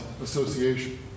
association